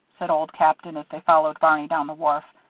said old captain, as they followed barney down the wharf,